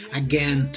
again